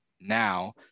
now